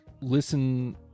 listen